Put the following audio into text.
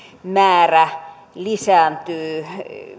määrä lisääntyy